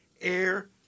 air